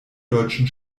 deutschen